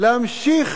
להמשיך,